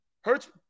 Hurts